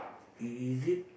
is it